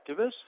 activists